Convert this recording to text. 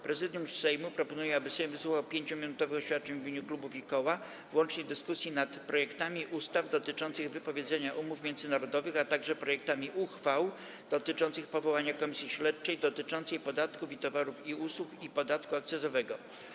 Prezydium Sejmu proponuje, aby Sejm wysłuchał 5-minutowych oświadczeń w imieniu klubów i koła w łącznych dyskusjach nad: - projektami ustaw dotyczących wypowiedzenia umów międzynarodowych, - projektami uchwał dotyczących powołania Komisji Śledczej dotyczącej podatku od towarów i usług i podatku akcyzowego.